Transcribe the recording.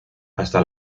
hasta